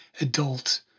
adult